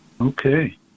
Okay